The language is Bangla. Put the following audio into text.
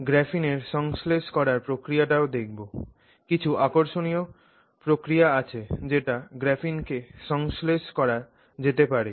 গ্রাফিনের সংশ্লেষ করার প্রক্রিয়াটাও দেখবো কিছু আকর্ষণীয় প্রক্রিয়া আছে যেটা দিয়ে গ্রাফিনকে সংশ্লেষ করা যেতে পারে